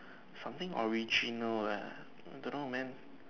something original leh I don't know man